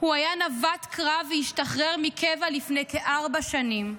הוא היה נווט קרב והשתחרר מקבע לפני כארבע שנים.